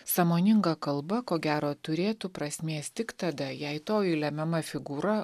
sąmoninga kalba ko gero turėtų prasmės tik tada jei toji lemiama figūra